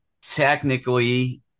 technically